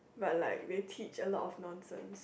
but like they teach a lot of nonsense